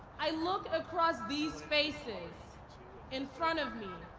i look across these faces in front of me,